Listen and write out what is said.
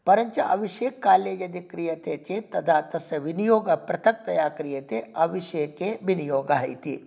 परञ्च अभिषेककाले यदि क्रियते चेत् तदा तस्य विनियोगः पृथक्तया क्रियते अभिषेके विनियोगः इति